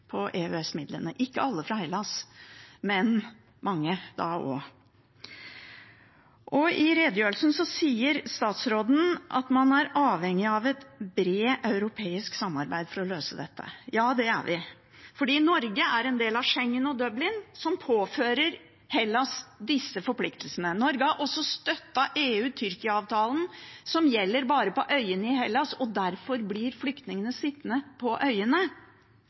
ikke alle fra Hellas, men mange, også da. I redegjørelsen sier statsråden at man er avhengig av et bredt økonomisk samarbeid for å løse dette. Ja, det er vi, for Norge er en del av Schengen- og Dublin-samarbeidet som påfører Hellas disse forpliktelsene. Norge har også støttet EU–Tyrkia-avtalen, som gjelder bare på øyene i Hellas, og derfor blir flyktningene sittende på øyene.